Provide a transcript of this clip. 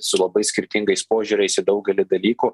su labai skirtingais požiūriais į daugelį dalykų